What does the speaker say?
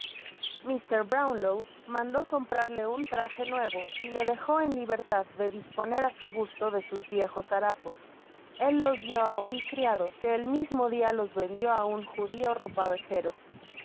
mr brownlow mandó comprarle un traje nuevo y le dejo en libertad de disponerá su gusto de sus viejos harapos el los dió á un criado que el mismo dia los vendió á un judio ropavejero